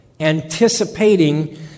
anticipating